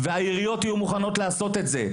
והעיריות יהיו מוכנות לעשות את זה.